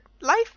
life